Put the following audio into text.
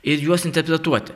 ir juos interpretuoti